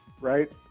right